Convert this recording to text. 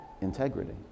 integrity